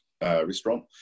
Restaurant